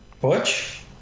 Butch